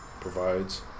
provides